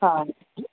हा